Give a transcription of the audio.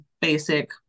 basic